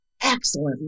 excellent